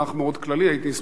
אשמח לשמוע איזה מהגורמים,